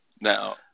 Now